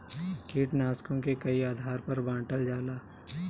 कीटनाशकों के कई आधार पर बांटल जाला